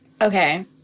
Okay